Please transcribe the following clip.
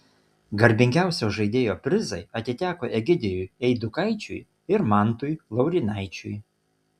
garbingiausio žaidėjo prizai atiteko egidijui eidukaičiui ir mantui laurynaičiui